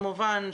כמובן,